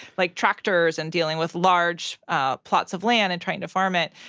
like, tractors and dealing with large ah plots of land and trying to farm it.